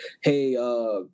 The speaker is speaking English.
hey